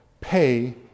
Pay